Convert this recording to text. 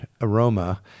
aroma